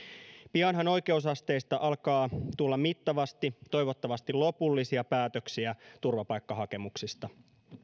pianhan oikeusasteista alkaa tulla toivottavasti mittavasti lopullisia päätöksiä turvapaikkahakemuksista